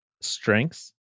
Strengths